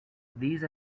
these